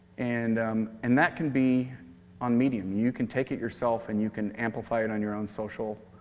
and um and that can be on medium. you can take it yourself and you can amplify it on your own social,